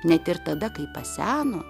net ir tada kai paseno